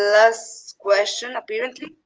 last question apparently.